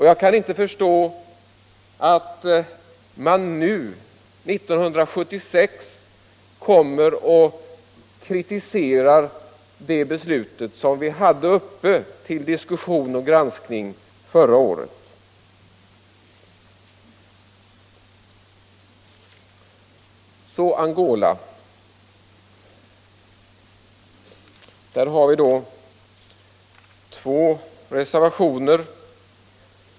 Jag kan inte förstå att man nu, 1976, kritiserar det beslut vi hade uppe till diskussion och granskning förra året. Beträffande biståndet till Angola har vi två reservationer.